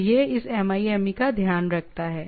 तो यह इस MIME का ध्यान रखता है